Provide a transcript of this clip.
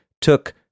took